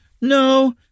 No